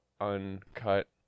uncut